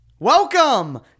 Welcome